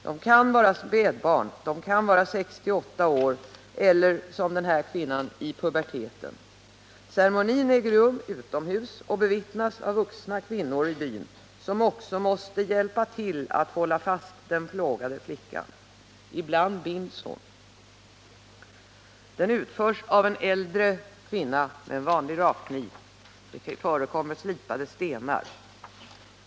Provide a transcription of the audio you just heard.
De kan vara spädbarn, de kan vara 6 till 8 år eller, som den här kvinnan, i puberteten. Ceremonin äger rum utomhus och bevittnas av vuxna kvinnor i byn som också måste hjälpa till att hålla fast den plågade flickan. Ibland binds hon. Omskärelsen utförs av en äldre kvinna med en vanlig rakkniv eller slipad sten.